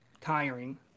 tiring